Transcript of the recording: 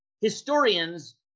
historians